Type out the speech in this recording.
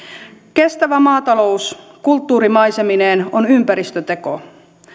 kestävä maatalous kulttuurimaisemineen on ympäristöteko